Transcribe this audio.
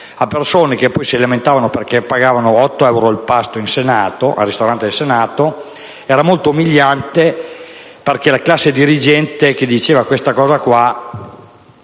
a persone che poi si lamentano perché pagano 8 euro il pasto al ristorante del Senato è molto umiliante, e che la classe dirigente che fa una simile